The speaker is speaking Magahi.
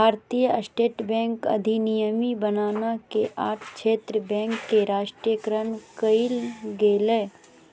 भारतीय स्टेट बैंक अधिनियम बनना के आठ क्षेत्र बैंक के राष्ट्रीयकरण कइल गेलय